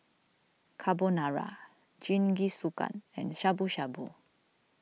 Carbonara Jingisukan and Shabu Shabu